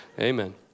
Amen